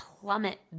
plummet